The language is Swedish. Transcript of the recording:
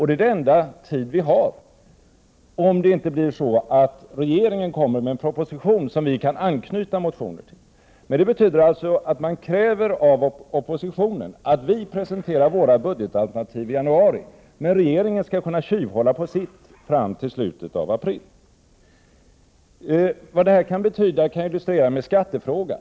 Det är den enda tidpunkt vi har, om inte regeringen kommer med en proposition som vi kan anknyta motioner till. Det betyder således att man kräver av oppositionen att vi skall presentera våra budgetalternativ i januari, medan regeringen skall kunna tjuvhålla på sitt fram till slutet av april. Vad det här kan betyda skall jag illustrera med skattefrågan.